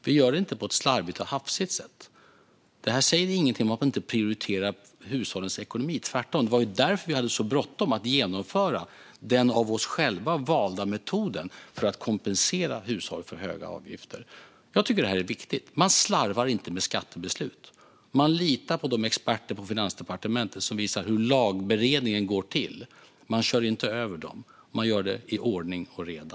Vi gör det inte på ett slarvigt och hafsigt sätt. Det säger ingenting om att vi inte prioriterar hushållens ekonomi, tvärtom. Det var därför vi hade så bråttom att genomföra den av oss själva valda metoden för att kompensera hushåll för höga avgifter. Jag tycker att detta är viktigt. Man slarvar inte med skattebeslut. Man litar på de experter på Finansdepartementet som visar hur lagberedningen går till. Man kör inte över dem. Man gör det i ordning och reda.